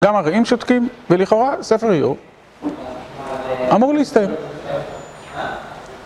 גם הרעים שותקים, ולכאורה ספר אמור אמור להסתיים.